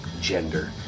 gender